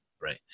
right